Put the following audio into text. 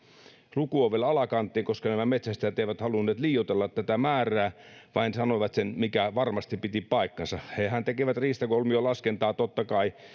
luku on vielä alakanttiin koska nämä metsästäjät eivät halunneet liioitella määrää vaan sanoivat vain sen mikä varmasti piti paikkansa hehän tekevät riistakolmiolaskentaa totta kai